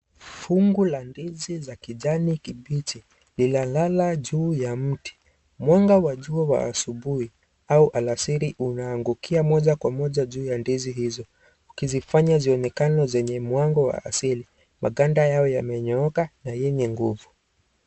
Fungu la ndizi za kijani kibichi linalala juu ya mti mwanga wa jua wa asubuhi au alasiri unaangukia moja kwa moja juu ya ndizi hizo ukizifanya zionekane zenye mwanga wa asili maganda yao yamenyooka na yenye nguvu.